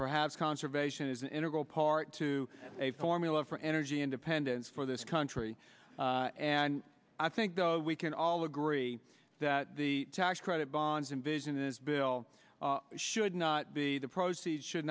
perhaps conservation is an integral part to a formula for energy independence for this country and i think we can all agree that the tax credit bonds invision this bill should not be the proceeds should